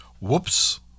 Whoops